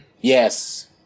Yes